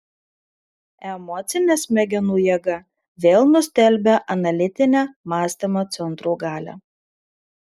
emocinė smegenų jėga vėl nustelbia analitinę mąstymo centrų galią